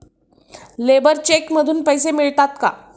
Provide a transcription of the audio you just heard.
Labour cheque मधून पैसे मिळतात का?